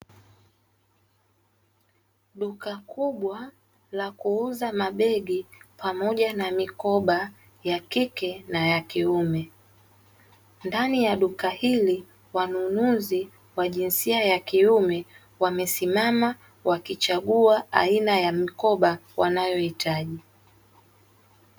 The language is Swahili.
Duka kubwa la kuuza mabegi pamoja na mikoba ya kike na ya kiume, ndani ya duka hili wanunuzi wa jinsia ya kiume wamesimama wakichagua aina ya mikoba wanayohitaji.